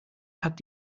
hat